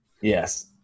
Yes